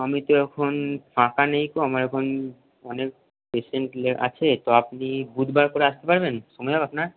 আমি তো এখন ফাঁকা নেই আমার এখন অনেক পেশেন্ট লে আছে তো আপনি বুধবার করে আসতে পারবেন সময় হবে আপনার